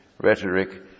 rhetoric